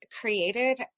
created